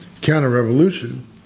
counter-revolution